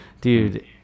Dude